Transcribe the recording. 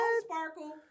sparkle